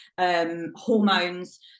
Hormones